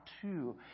two